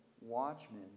watchmen